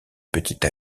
petite